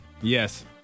Yes